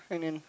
annum